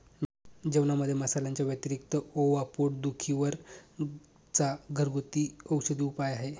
जेवणामध्ये मसाल्यांच्या व्यतिरिक्त ओवा पोट दुखी वर चा घरगुती औषधी उपाय आहे